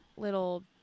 little